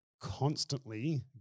constantly